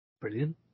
Brilliant